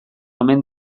omen